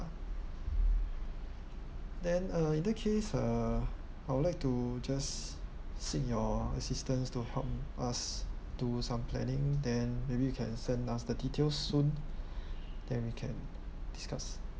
then uh in that case uh I would like to just seek your assistance to help us do some planning then maybe you can send us the details soon then we can discuss